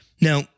Now